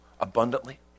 abundantly